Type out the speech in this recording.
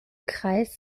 kreis